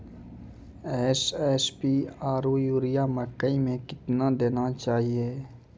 SSP आरु urea मकई मे कितना देना चाहिए?